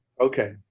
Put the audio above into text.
Okay